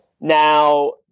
Now